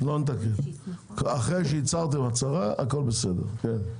אחרי שהצהרתם הצהרה הכול בסדר.